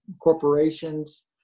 corporations